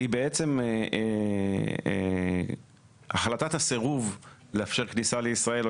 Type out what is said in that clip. היא החלטת הסירוב לאפשר כניסה לישראל או